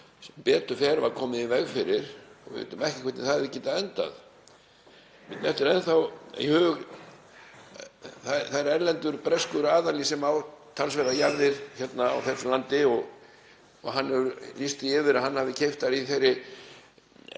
sem betur fer var komið í veg fyrir. Við vitum ekki hvernig það hefði getað endað. Erlendur breskur aðili á talsverðar jarðir á þessu landi og hann hefur lýst því yfir að hann hafi keypt þær í þeim